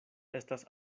estas